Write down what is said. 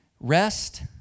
rest